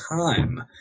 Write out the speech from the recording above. time